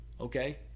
okay